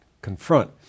confront